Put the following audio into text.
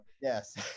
Yes